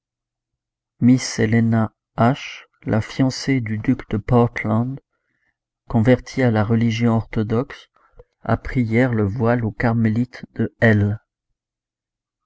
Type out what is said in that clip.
miss héléna h la fiancée du duc de portland convertie à la religion orthodoxe a pris hier le voile aux carmélites de